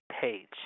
Page